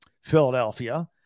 Philadelphia